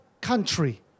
country